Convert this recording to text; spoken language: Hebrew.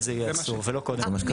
תפרסם את זה.